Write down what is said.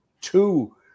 two